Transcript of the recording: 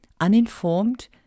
uninformed